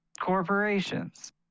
corporations